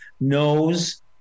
knows